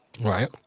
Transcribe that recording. Right